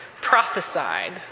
prophesied